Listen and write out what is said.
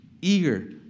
eager